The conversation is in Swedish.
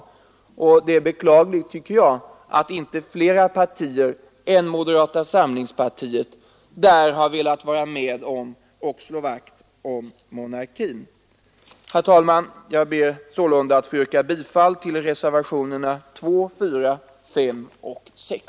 Jag finner det beklagligt att inte flera partier än moderata samlingspartiet i detta sammanhang har velat vara med om att slå vakt om monarkin. Herr talman! Jag ber alltså att få yrka bifall till reservationerna 2, 4, 5 och 6.